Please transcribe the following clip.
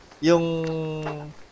Yung